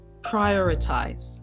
prioritize